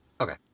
Okay